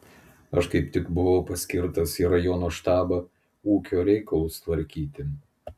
aš kaip tik buvau paskirtas į rajono štabą ūkio reikalus tvarkyti